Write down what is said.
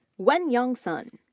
wenyang sun,